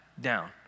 down